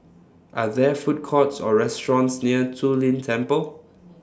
Are There Food Courts Or restaurants near Zu Lin Temple